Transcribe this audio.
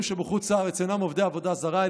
שבחוץ לארץ אינם עובדי עבודה זרה,